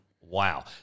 Wow